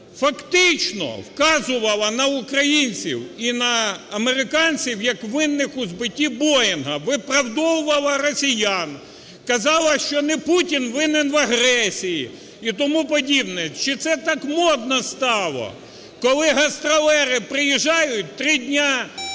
фактично вказувала на українців і на американців як винних у збитті "Боїнга", виправдовувала росіян, казала, що не Путін винен в агресії і тому подібне? Чи це так модно стало, коли гастролери приїжджають, 3 дні